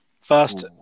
First